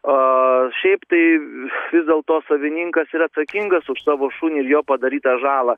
aaa šiaip tai vis dėl to savininkas yra atsakingas už savo šunį ir jo padarytą žalą